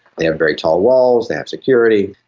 they have very tall walls, they have security.